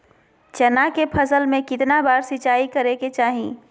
चना के फसल में कितना बार सिंचाई करें के चाहि?